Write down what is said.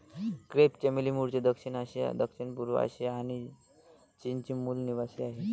crepe चमेली मूळचे दक्षिण आशिया, दक्षिणपूर्व आशिया आणि चीनचे मूल निवासीआहे